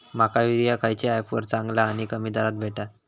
माका युरिया खयच्या ऍपवर चांगला आणि कमी दरात भेटात?